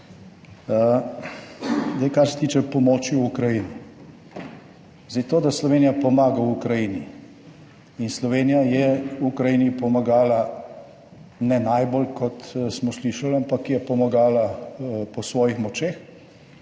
kar se tiče pomoči v Ukrajini. Zdaj to, da Slovenija pomaga v Ukrajini in Slovenija je Ukrajini pomagala ne najbolj, kot smo slišali, ampak je pomagala po svojih močeh,